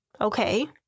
okay